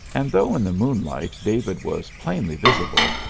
and though in the moonlight david was plainly visible,